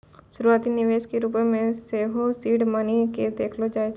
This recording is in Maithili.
शुरुआती निवेशो के रुपो मे सेहो सीड मनी के देखलो जाय छै